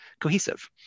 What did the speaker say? cohesive